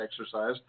exercise